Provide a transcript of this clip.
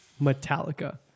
Metallica